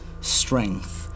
strength